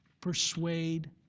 persuade